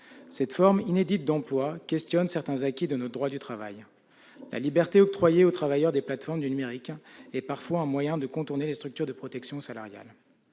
Cette forme inédite d'emploi questionne certains acquis de notre droit du travail. La liberté octroyée aux travailleurs des plateformes du numérique est parfois un moyen de contourner les structures de protection salariale.